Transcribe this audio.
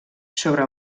sobre